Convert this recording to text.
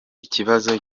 ikibazo